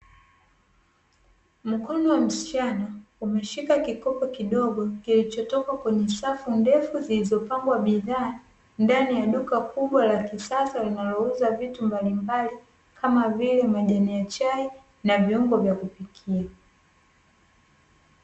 Mkono wa msichana umeshika kikopo kidogo kilichotoka kwenye safu ndefu, zilizopangwa bidhaa ndani ya duka kubwa la kisasa linalouza vitu mbalimbali kama vile; majani ya chai na viungo vya kupikia.